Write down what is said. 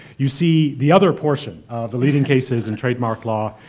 you see the other portion of the leading cases in trademark law,